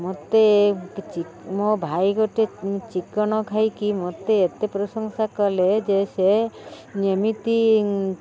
ମୋତେ ଚି ମୋ ଭାଇ ଗୋଟେ ଚିକେନ୍ ଖାଇକି ମୋତେ ଏତେ ପ୍ରଶଂସା କଲେ ଯେ ସେ ଯେମିତି